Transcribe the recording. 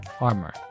Armor